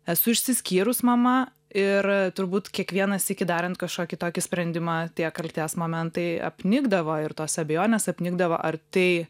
esu išsiskyrus mama ir turbūt kiekvieną sykį darant kažkokį tokį sprendimą tie kaltės momentai apnikdavo ir tos abejonės apnikdavo ar tai